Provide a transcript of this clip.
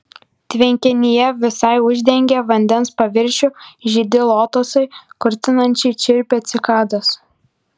tvenkinyje visai uždengę vandens paviršių žydi lotosai kurtinančiai čirpia cikados